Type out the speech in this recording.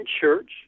church